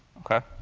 ok?